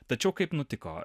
tačiau kaip nutiko